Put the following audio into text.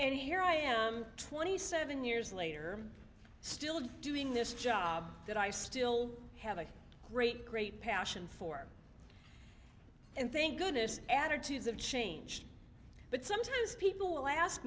and here i am twenty seven years later still doing this job that i still have a great great passion for and think goodness attitudes have changed but sometimes people